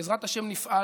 בעזרת השם, נפעל